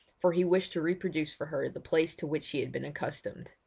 for he wished to reproduce for her the place to which she had been accustomed.